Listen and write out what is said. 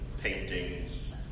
paintings